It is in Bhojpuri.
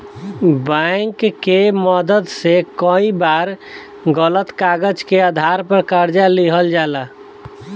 बैंक के मदद से कई बार गलत कागज के आधार पर कर्जा लिहल जाला